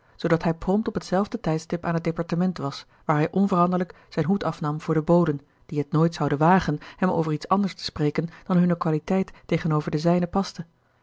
zoodat hij prompt op hetzelfde tijdstip aan het departement was waar hij onveranderlijk zijn hoed afnam voor de boden die het nooit zouden wagen hem over iets anders te spreken dan hunne qualiteit tegenover de zijne paste